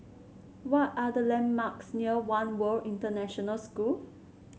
what are the landmarks near One World International School